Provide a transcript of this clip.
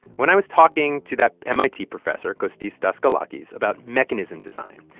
when i was talking to that mit professor, costis daskalakis, about mechanism design,